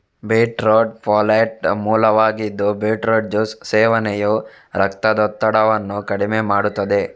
beetroot folate ಮೂಲವಾಗಿದ್ದು beetroot juice ಸೇವನೆಯು ರಕ್ತದೊತ್ತಡವನ್ನು ಕಡಿಮೆ ಮಾಡುತ್ತದೆ